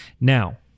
Now